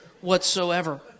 whatsoever